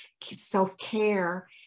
self-care